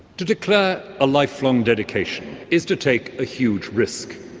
to declare a lifelong dedication is to take a huge risk,